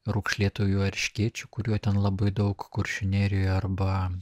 raukšlėtuoju erškėčiu kuriuo ten labai daug kuršių nerijoje arba